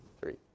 Three